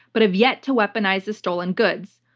but have yet to weaponize the stolen goods.